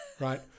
Right